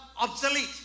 obsolete